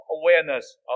awareness